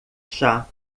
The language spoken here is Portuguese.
chá